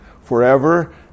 Forever